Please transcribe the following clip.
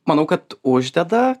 manau kad uždeda